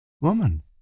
Woman